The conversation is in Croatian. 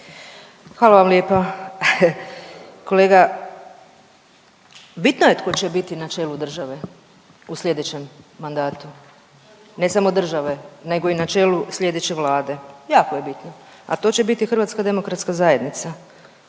Hvala vam lijepa. Kolega, bitno je tko će biti na čelu države u sljedećem mandatu, ne samo države nego i na čelu sljedeće Vlade jako je bitno, a to će biti HDZ zajedno